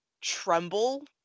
tremble